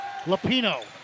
Lapino